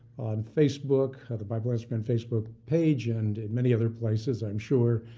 on facebook, the bible answer man facebook page and in many other places i'm sure.